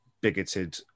bigoted